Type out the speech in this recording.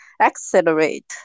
accelerate